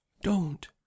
Don't